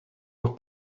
were